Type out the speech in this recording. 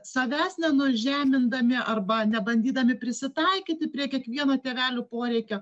savęs nenužemindami arba nebandydami prisitaikyti prie kiekvieno tėvelių poreikio